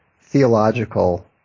theological